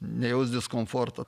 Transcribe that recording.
nejaus diskomforto